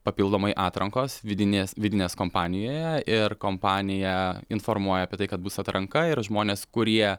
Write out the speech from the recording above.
papildomai atrankos vidinės vidinės kompanijoje ir kompanija informuoja apie tai kad bus atranka ir žmonės kurie